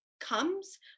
comes